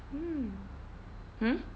mm hmm